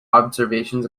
observations